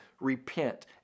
repent